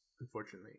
unfortunately